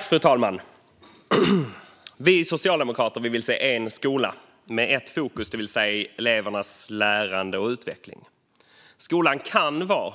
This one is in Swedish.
Fru talman! Vi socialdemokrater vill se en skola med ett fokus, det vill säga elevernas lärande och utveckling. Skolan kan vara